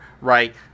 right